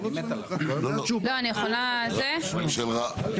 של "רע"מ",